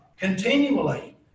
continually